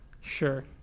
Sure